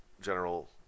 general